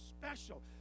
special